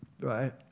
Right